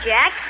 Jack